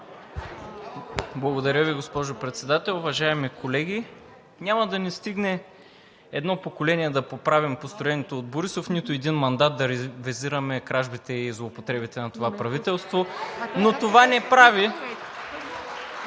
Благодаря Ви, госпожо Председател. Уважаеми колеги, няма да ни стигне едно поколение да поправим построеното от Борисов, нито един мандат да ревизираме кражбите и злоупотребите на това правителство. (Шум и реплики